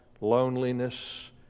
loneliness